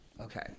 okay